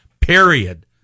period